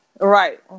Right